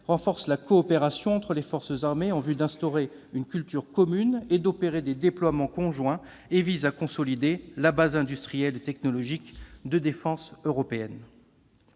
renforce la coopération entre les forces armées, en vue d'instaurer une culture commune et d'opérer des déploiements conjoints et vise à consolider la base industrielle et technologique de défense européenne.